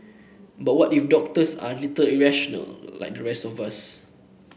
but what if doctors are a little irrational like the rest of us